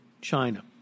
China